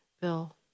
Bill